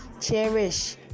cherish